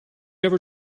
ever